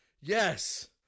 Yes